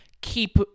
keep